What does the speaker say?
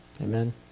Amen